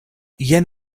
jen